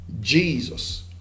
Jesus